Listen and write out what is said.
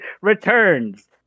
returns